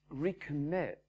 recommit